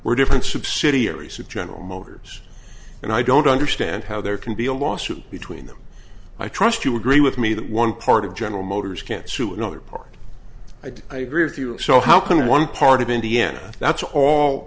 were different subsidiaries of general motors and i don't understand how there can be a lawsuit between them i trust you agree with me that one part of general motors can sue another part i do i agree with you so how can one part of indiana that's all